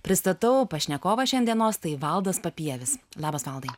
pristatau pašnekovą šiandienos tai valdas papievis labas valdai